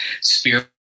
spirit